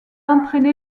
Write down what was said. entrainé